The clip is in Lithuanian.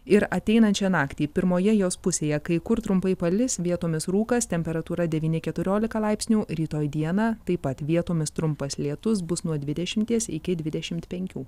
ir ateinančią naktį pirmoje jos pusėje kai kur trumpai palis vietomis rūkas temperatūra devyni keturiolika laipsnių rytoj dieną taip pat vietomis trumpas lietus bus nuo dvidešimties iki dvidešimt penkių